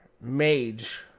Mage